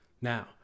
now